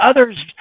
others